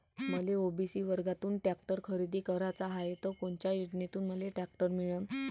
मले ओ.बी.सी वर्गातून टॅक्टर खरेदी कराचा हाये त कोनच्या योजनेतून मले टॅक्टर मिळन?